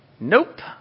Nope